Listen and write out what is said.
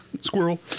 squirrel